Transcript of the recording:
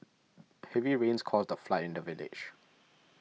heavy rains caused a flood in the village